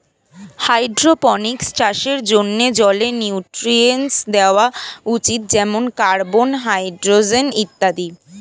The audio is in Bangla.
হাইড্রোপনিক্স চাষের জন্যে জলে নিউট্রিয়েন্টস দেওয়া উচিত যেমন কার্বন, হাইড্রোজেন ইত্যাদি